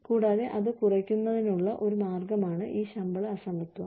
കൂടാതെ അത് കുറയ്ക്കുന്നതിനുള്ള ഒരു മാർഗമാണ് ഈ ശമ്പള അസമത്വം